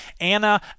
Anna